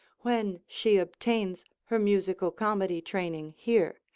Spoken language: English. when she obtains her musical comedy training here,